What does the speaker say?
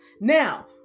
Now